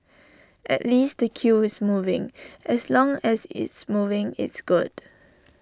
at least the queue is moving as long as it's moving it's good